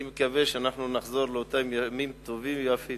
אני מקווה שאנחנו נחזור לאותם ימים טובים ויפים.